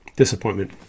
disappointment